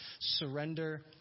surrender